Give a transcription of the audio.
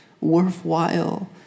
worthwhile